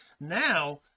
now